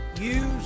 Use